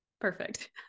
perfect